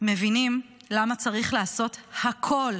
מבינים למה צריך לעשות הכול